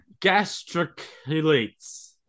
gastriculates